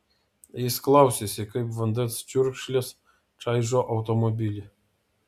jis klausėsi kaip vandens čiurkšlės čaižo automobilį